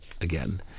again